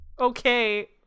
okay